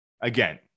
again